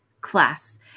class